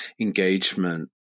engagement